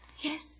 Yes